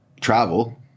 travel